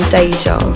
Deja